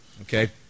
okay